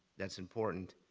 that's important.